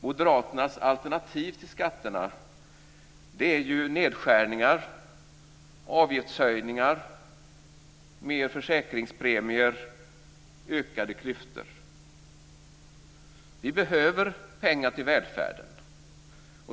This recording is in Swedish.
Moderaternas alternativ till skatterna är ju nedskärningar, avgiftshöjningar, mer försäkringspremier och ökade klyftor. Vi behöver pengar till välfärden.